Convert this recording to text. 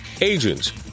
agents